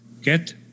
get